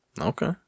Okay